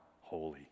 holy